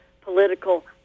political